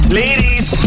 ladies